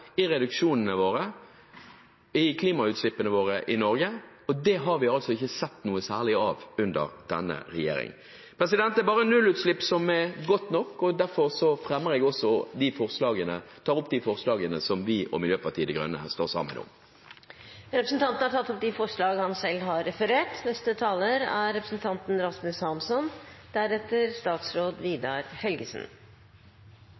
reduksjonene i klimautslippene våre i Norge, og det har vi altså ikke sett noe særlig til under denne regjeringen. Det er bare nullutslipp som er godt nok. Derfor tar jeg også opp de forslagene som vi og Miljøpartiet De Grønne her står sammen om. Representanten Heikki Eidsvoll Holmås har tatt opp de forslagene han